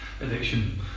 addiction